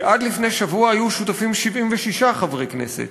כי עד לפני שבוע היו שותפים 76 חברי כנסת.